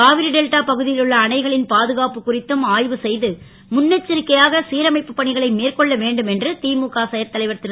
Kaveri delta பகு ல் உள்ள அணைகளின் பா துகாப்பு குறித்தும் ஆ வு செ து முன்னெச்சரிக்கையாக சீரமைப்புப் பணிகளை மேற்கொள்ள வேண்டும் என்று முக செயற்தலைவர் ரு